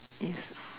yes